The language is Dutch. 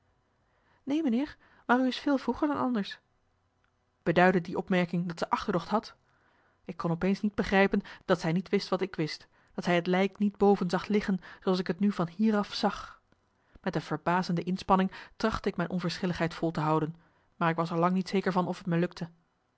neen meneer maar u is veel vroeger dan anders beduidde die opmerking dat ze achterdocht had ik kon op eens niet begrijpen dat zij niet wist wat ik wist dat zij het lijk niet boven zag liggen zooals ik t nu van hier af zag met een verbazende inspanning trachtte ik mijn onverschilligheid vol te houden maar ik was er lang niet zeker van of t me lukte